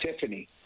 Tiffany